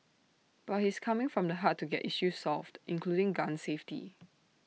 but he's coming from the heart to get issues solved including gun safety